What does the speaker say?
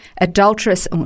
adulterous